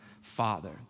Father